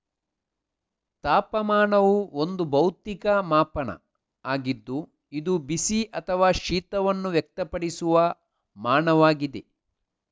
ತಾಪಮಾನವು ಒಂದು ಭೌತಿಕ ಮಾಪನ ಆಗಿದ್ದು ಇದು ಬಿಸಿ ಅಥವಾ ಶೀತವನ್ನು ವ್ಯಕ್ತಪಡಿಸುವ ಮಾನವಾಗಿದೆ